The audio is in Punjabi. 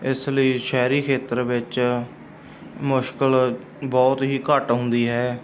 ਇਸ ਲਈ ਸ਼ਹਿਰੀ ਖੇਤਰ ਵਿੱਚ ਮੁਸ਼ਕਲ ਬਹੁਤ ਹੀ ਘੱਟ ਆਉਂਦੀ ਹੈ